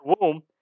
womb